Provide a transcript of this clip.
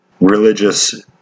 religious